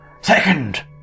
Second